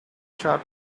sharp